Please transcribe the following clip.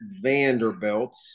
Vanderbilt